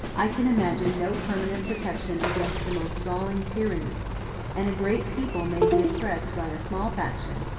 i can imagine no permanent protection against the most galling tyranny and a great people may be oppressed by a small faction,